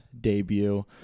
debut